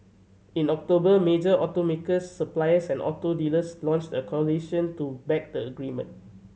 in October major automakers suppliers and auto dealers launched a coalition to back the agreement